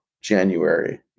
January